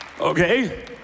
Okay